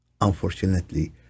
Unfortunately